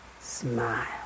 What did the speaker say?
smile